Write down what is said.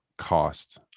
cost